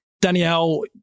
Danielle